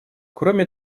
кроме